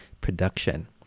production